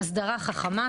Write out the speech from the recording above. הסדרה חכמה,